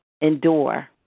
Endure